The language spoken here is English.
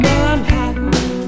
Manhattan